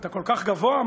אתה כל כך גבוה?